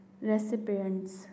recipients